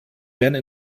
werden